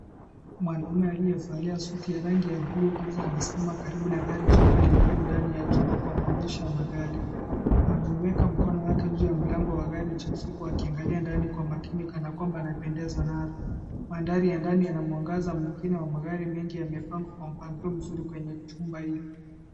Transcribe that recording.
Mwaume aliyevalia suti ya rangi ya buluu giza anasimama karibu na gari jeupe lililo ndani ya jumba kwa maonyesho ya magari. Ameuweka mkono wake juu ya mlango wa gari jeusi huku akiangalia ndani kwa makini kana kwamba anapendezwa nalo. Mandhari ya ndani yana mwangaza mwingine wa magari mengi yamepangwa kwa mpangilio mzuri kwenye jumba hili.